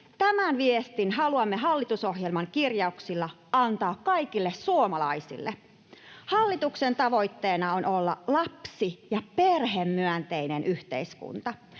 Tämän viestin haluamme hallitusohjelman kirjauksilla antaa kaikille suomalaisille. Hallituksen tavoitteena on olla lapsi- ja perhemyönteinen yhteiskunta,